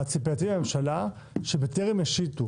ציפייתי מהממשלה, שבטרם ישיתו